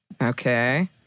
Okay